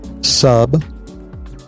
sub